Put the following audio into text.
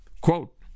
Quote